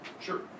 Sure